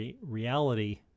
reality